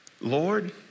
Lord